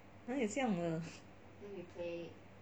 哪里有这样的